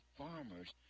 farmers